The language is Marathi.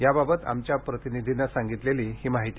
याबाबत आमच्या प्रतिनिधीने सांगितलेली माहिती